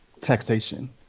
taxation